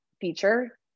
feature